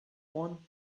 one